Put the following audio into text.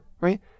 right